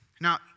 Now